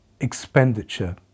expenditure